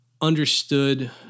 understood